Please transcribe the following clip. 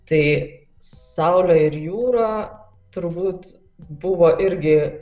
tai saulę ir jūrą turbūt buvo irgi